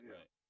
Right